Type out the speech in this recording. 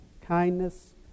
kindness